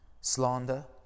Slander